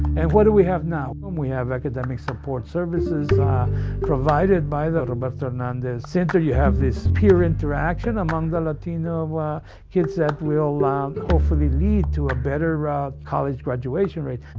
and what do we have now? um we have academic support services provided by the roberto hernandez center. you have this peer interaction among the latino kids that will hopefully lead to a better ah college graduation rate.